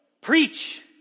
preach